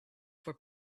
for